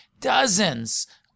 dozens